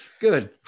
Good